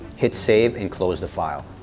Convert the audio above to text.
hit save and close the file.